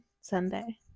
Sunday